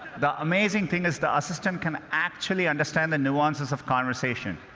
the amazing thing is the assistant can actually understand the nuances of conversation.